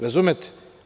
Razumete?